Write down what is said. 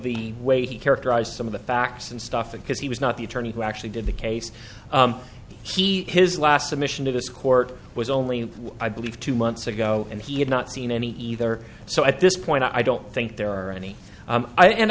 the way he characterized some of the facts and stuff because he was not the attorney who actually did the case he his last admission to this court was only i believe two months ago and he had not seen any either so at this point i don't think there are any i and